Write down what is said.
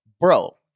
Bro